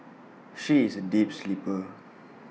she is A deep sleeper